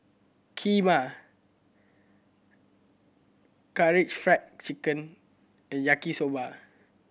Kheema Karaage Fried Chicken and Yaki Soba